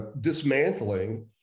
dismantling